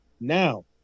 now